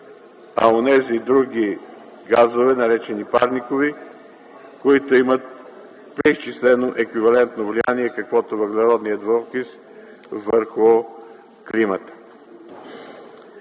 за онези други газове, наречени парникови, които имат преизчислено еквивалентно влияние каквото въглеродният